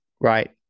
Right